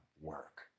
work